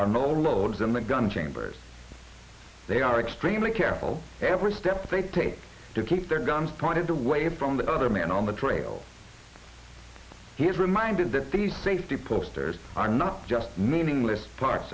are no loads in the gun chambers they are extremely careful every step they take to keep their guns pointed the way from the other man on the trail he is reminded that the safety posters are not just meaningless parts